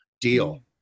deal